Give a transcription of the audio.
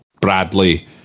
Bradley